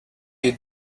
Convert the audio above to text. you